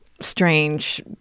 strange